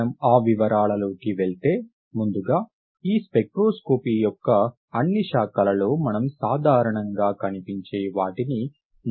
మనం ఆ వివరాలలోకి వెళ్లే ముందుగా ఈ స్పెక్ట్రోస్కోపీ యొక్క అన్ని శాఖలలో మనం సాధారణంగా కనిపించే వాటిని నిర్వచించుదాం